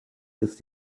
ist